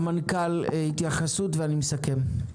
המנכ"ל, התייחסות ואני מסכם.